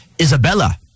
Isabella